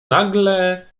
nagle